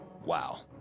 Wow